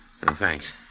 Thanks